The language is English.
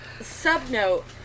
sub-note